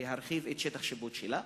להרחיב את שטח השיפוט שלה,